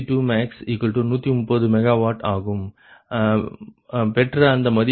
Pg2Pg2max130 MW ஆகும் பெற்ற அந்த மதிப்பு λ78